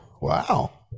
wow